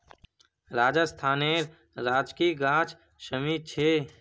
राजस्थानेर राजकीय गाछ शमी छे